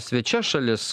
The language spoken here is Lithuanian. svečias šalis